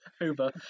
Over